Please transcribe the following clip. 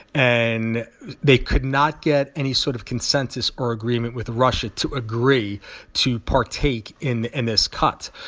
and they could not get any sort of consensus or agreement with russia to agree to partake in in this cut.